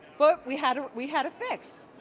but we had we had a fix.